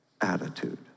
attitude